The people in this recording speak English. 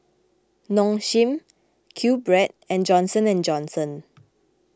Nong Shim Qbread and Johnson and Johnson